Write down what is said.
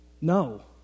No